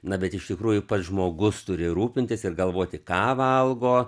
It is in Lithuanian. na bet iš tikrųjų pats žmogus turi rūpintis ir galvoti ką valgo